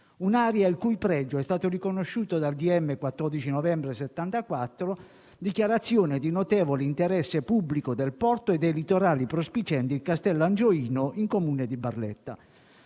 un'area il cui pregio è stato riconosciuto dal decreto ministeriale 14 novembre 1974, dichiarazione di notevole interesse pubblico del porto e dei litorali prospicienti il castello angioino in Comune di Barletta.